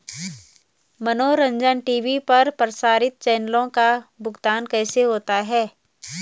मनोरंजन टी.वी पर प्रसारित चैनलों का भुगतान कैसे होता है?